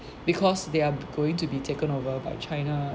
because they are going to be taken over by china